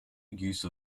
use